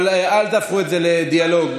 אבל אל תהפכו את זה לדיאלוג.